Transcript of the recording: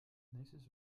nächstes